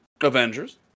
Avengers